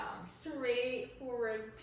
straightforward